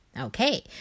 Okay